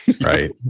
right